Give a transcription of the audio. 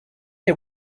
you